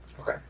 Okay